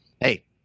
hey